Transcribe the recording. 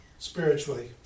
Spiritually